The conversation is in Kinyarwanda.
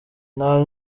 nta